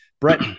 Brett